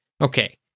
Okay